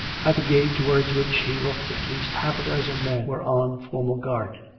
at the gate to wards which he looked at least half a dozen men were on formal guard,